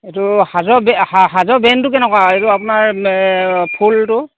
এইটো সাজৰ বে সাজৰ ব্ৰেণ্ডটো কেনেকুৱা এইটো আপোনাৰ ফুলটো